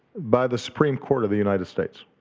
by the supreme court of the united states.